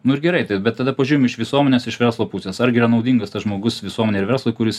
nu ir gerai tai bet tada pažiūrim iš visuomenės iš verslo pusės ar gi yra naudingas tas žmogus visuomenei ir verslui kuris